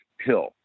hill